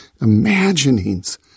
imaginings